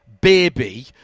baby